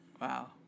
Wow